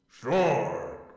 Sure